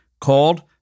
called